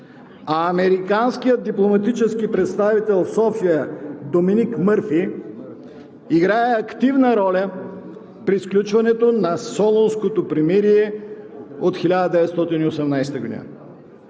а американският дипломатически представител в София Доминик Мърфи играе активна роля при сключването на Солунското примирие от 1918 г.